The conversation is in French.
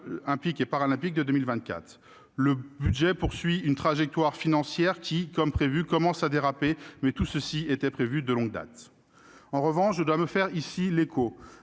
et Paralympiques de 2024. Le budget poursuit une trajectoire financière qui, sans surprise, commence à déraper- mais tout cela était prévu de longue date. Je dois en revanche me faire ici l'écho